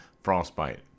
frostbite